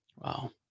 Wow